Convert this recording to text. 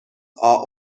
are